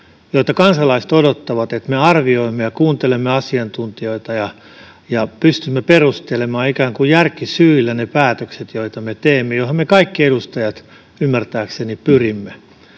— kun kansalaiset odottavat, että me arvioimme ja kuuntelemme asiantuntijoita ja pystymme perustelemaan ikään kuin järkisyillä ne päätökset, joita me teemme, mihin me kaikki edustajat ymmärtääkseni pyrimme